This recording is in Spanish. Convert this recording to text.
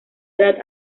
edad